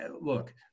look